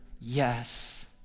yes